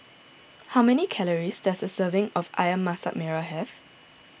how many calories does a serving of Ayam Masak Merah have